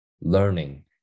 learning